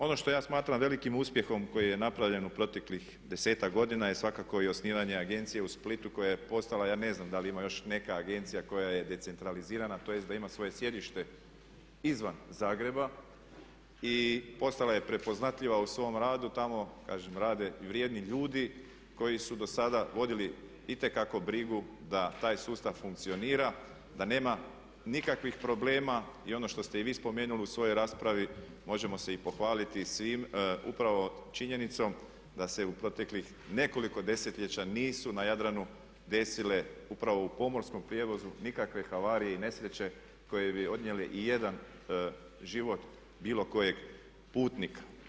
Ono što ja smatram velikim uspjehom koji je napravljen u proteklih 10-tak godina je svakako i osnivanje agencije u Splitu koja je postala ja ne znam da li ima još neka agencija koja je decentralizirana, tj. da ima svoje sjedište izvan Zagreba i postala je prepoznatljiva u svom radu tamo kažem rade vrijedni ljudi koji su do sada vodili itekako brigu da taj sustav funkcionira, da nema nikakvih problema i ono što ste i vi spomenuli u svojoj raspravi, možemo se i pohvaliti svim upravo činjenicom da se u proteklih nekoliko desetljeća nisu na Jadranu desile upravo u pomorskom prijevozu nikakve havarije i nesreće koje bi odnijele i jedan život bilo kojeg putnika.